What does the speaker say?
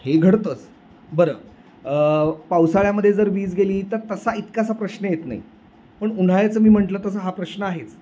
हे घडतंच बरं पावसाळ्यामध्ये जर वीज गेली तर तसा इतकासा प्रश्न येत नाही पण उन्हाळ्याचं मी म्हटलं तसं हा प्रश्न आहेच